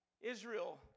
Israel